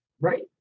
Right